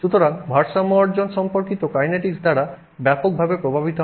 সুতরাং ভারসাম্য অর্জন সম্পর্কিত কাইনেটিকস দ্বারা ব্যাপকভাবে প্রভাবিত হয়